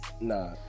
Nah